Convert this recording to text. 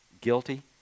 Guilty